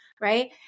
right